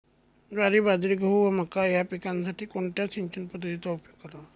ज्वारी, बाजरी, गहू व मका या पिकांसाठी कोणत्या सिंचन पद्धतीचा उपयोग करावा?